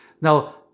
Now